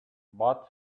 but